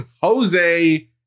Jose